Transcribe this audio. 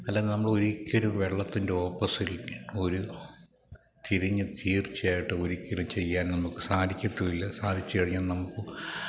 അല്ലെങ്കില് നമ്മൾ ഒരിക്കലും വെള്ളത്തിൻ്റെ ഓപ്പോസിറ്റ് ഒരു തിരിഞ്ഞ് തീർച്ചയായിട്ടും ഒരിക്കലും ചെയ്യാൻ നമുക്ക് സാധിക്കത്തൂല്ല സാധിച്ചു കഴിഞ്ഞാൽ നമുക്ക്